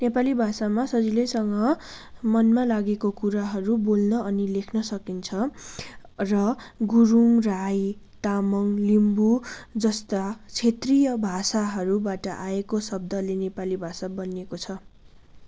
नेपाली भाषामा सजिलैसँग मनमा लागेको कुराहरू बोल्न अनि लेख्न सकिन्छ र गुरुङ राई तामङ लिम्बू जस्ता क्षेत्रीय भाषाहरूबाट आएको शब्दले नेपाली भाषा बनिएको छ